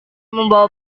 membawa